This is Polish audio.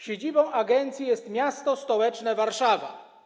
Siedzibą agencji jest miasto stołeczne Warszawa.